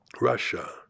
Russia